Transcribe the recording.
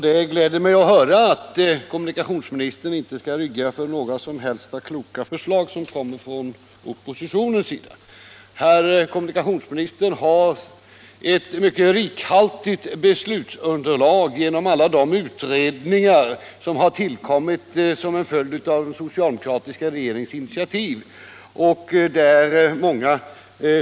Det gläder mig att höra att kommunikationsministern inte skall rygga för några som helst kloka förslag från oppositionen. Kommunikationsministern har ett mycket rikhaltigt beslutsunderlag i alla de utredningar som tillkommit som en följd av den socialdemokratiska regeringens initiativ.